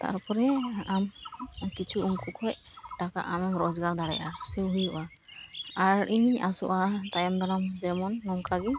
ᱛᱟᱨᱯᱚᱨᱮ ᱟᱢ ᱠᱤᱪᱷᱩ ᱩᱱᱠᱩ ᱠᱷᱚᱱ ᱴᱟᱠᱟ ᱟᱢᱮᱢ ᱨᱚᱡᱽᱜᱟᱨ ᱫᱟᱲᱮᱭᱟᱜᱼᱟ ᱥᱮ ᱦᱩᱭᱩᱜᱼᱟ ᱟᱨ ᱤᱧᱤᱧ ᱟᱥᱚᱜᱼᱟ ᱛᱟᱭᱚᱢ ᱫᱟᱨᱟᱢ ᱡᱮᱢᱚᱱ ᱱᱚᱝᱠᱟ ᱜᱮ